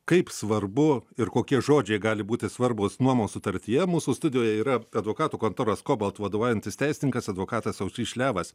kaip svarbu ir kokie žodžiai gali būti svarbūs nuomos sutartyje mūsų studijoje yra advokatų kontoros kobalt vadovaujantis teisininkas advokatas aušrys šliavas